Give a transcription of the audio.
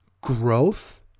growth